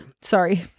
Sorry